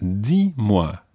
dis-moi